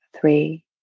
three